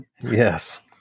Yes